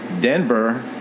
Denver